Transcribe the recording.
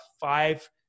five